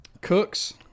Cooks